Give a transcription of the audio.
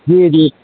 جی جی